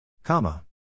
Comma